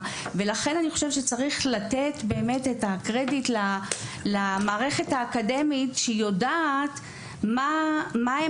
אני חושבת שצריך לתת את הקרדיט למערכת האקדמית שהיא יודעת מהם